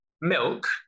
milk